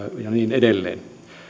edelleen